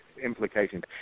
implications